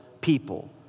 people